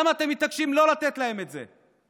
למה אתם מתעקשים לא לתת להם את זה?